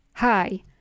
hi